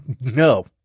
no